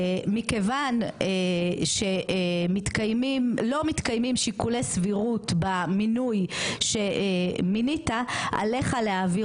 מכיוון שלא מתקיימים שיקולי סבירות במינוי שמינית עליך להעביר